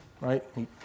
right